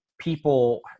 people